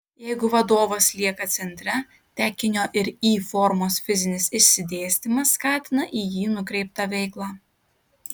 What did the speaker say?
jeigu vadovas lieka centre tekinio ir y formos fizinis išsidėstymas skatina į jį nukreiptą veiklą